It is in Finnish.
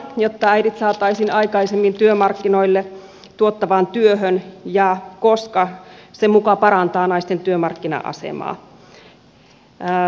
jotta äidit saataisiin aikaisemmin työmarkkinoille tuottavaan työhön ja koska se muka parantaa naisten työmarkkina asemaa